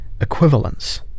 equivalence